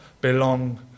belong